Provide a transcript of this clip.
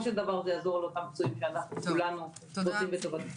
של דבר זה יעזור לאותם פצועים שאנחנו כולנו רוצים בטובתם.